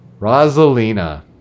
Rosalina